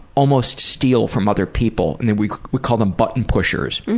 almost steal from other people. and we would call them button pushers.